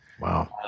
Wow